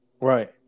right